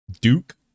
Duke